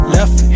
Left